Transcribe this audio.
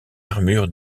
armure